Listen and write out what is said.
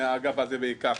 מהאגף הזה בעיקר,